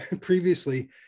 previously